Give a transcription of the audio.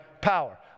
power